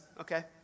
okay